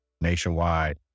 nationwide